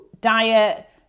diet